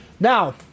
Now